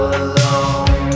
alone